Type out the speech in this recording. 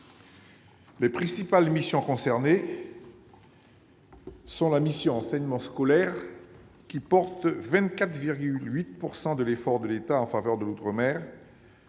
Les principales missions concernées sont la mission « Enseignement scolaire », qui porte 24,8 % de l'effort de l'État en faveur de l'outre-mer,